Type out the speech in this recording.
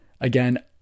Again